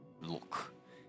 Look